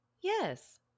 Yes